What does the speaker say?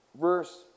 verse